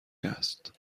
است